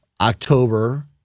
October